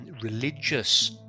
religious